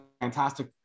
fantastic